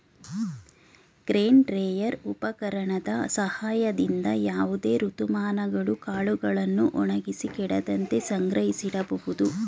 grain dryer ಉಪಕರಣದ ಸಹಾಯದಿಂದ ಯಾವುದೇ ಋತುಮಾನಗಳು ಕಾಳುಗಳನ್ನು ಒಣಗಿಸಿ ಕೆಡದಂತೆ ಸಂಗ್ರಹಿಸಿಡಬೋದು